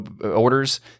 orders